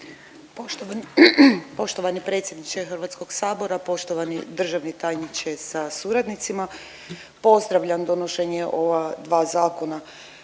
Poštovani predsjedniče HS, poštovani državni tajniče sa suradnicima, pozdravljam donošenje ova dva zakona.